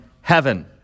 heaven